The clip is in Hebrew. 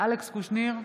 אלכס קושניר,